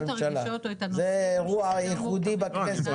זה אירוע ייחודי בכנסת.